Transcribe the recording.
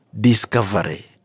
discovery